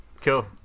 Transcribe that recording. Cool